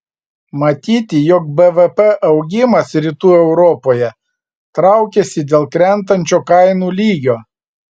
matyti jog bvp augimas rytų europoje traukiasi dėl krentančio kainų lygio